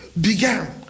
began